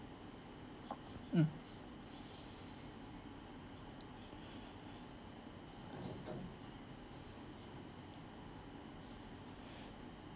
mm